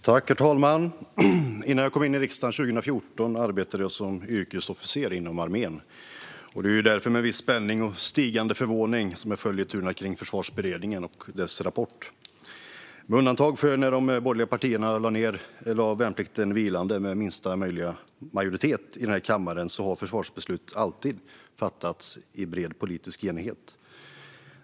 Herr talman! Innan jag kom in i riksdagen 2014 arbetade jag som yrkesofficer inom armén. Det är därför med viss spänning och stigande förvåning som jag följer turerna kring Försvarsberedningen och dess rapport. Med undantag för när de borgerliga partierna gjorde värnplikten vilande, med minsta möjliga majoritet i denna kammare, har försvarsbeslut alltid fattats i bred politisk enighet.